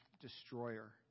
destroyer